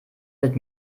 mit